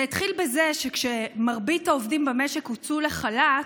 זה התחיל בזה שכשמרבית העובדים במשק הוצאו לחל"ת,